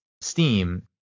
Steam